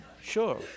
Sure